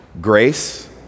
grace